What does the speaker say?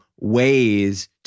ways